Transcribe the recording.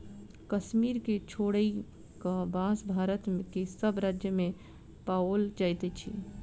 कश्मीर के छोइड़ क, बांस भारत के सभ राज्य मे पाओल जाइत अछि